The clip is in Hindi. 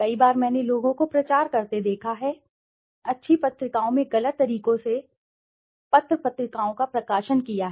कई बार मैंने लोगों को प्रचार करते देखा है अच्छी पत्रिकाओं में गलत तरीकों से पत्र पत्रिकाओं का प्रकाशन किया है